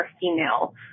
female